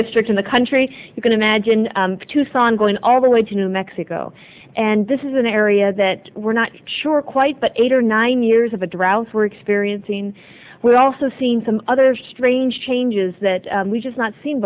district in the country you can imagine tucson going all the way to new mexico and this is an area that we're not sure quite but eight or nine years of the droughts we're experiencing we're also seeing some other strange changes that we just not seen